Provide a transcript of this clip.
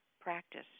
practice